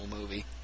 movie